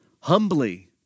humbly